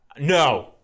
No